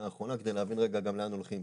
האחרונה כדי להבין רגע גם לאן הולכים.